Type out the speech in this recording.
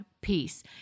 peace